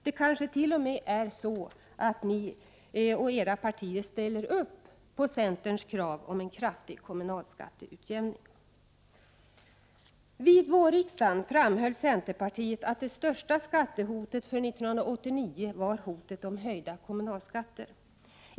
Det kanske t.o.m. är så att ni och era partier ställer upp på centerns krav om en kraftig kommunalskatteutjämning? Vid vårriksdagen framhöll centerpartiet att det största skattehotet för 1989 var hotet om höjda kommunalskatter.